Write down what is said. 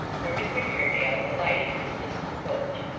where mr haredale, alighting, dismissed the coach.